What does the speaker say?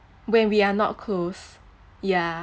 when we are not close yeah